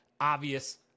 obvious